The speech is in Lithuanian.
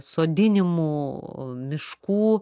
sodinimų miškų